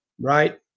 Right